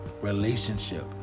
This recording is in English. relationship